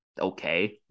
okay